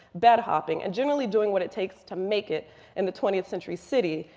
bed hopping, and generally doing what it takes to make it in the twentieth century city,